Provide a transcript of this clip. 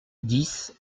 dix